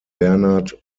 bernard